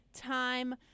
time